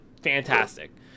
fantastic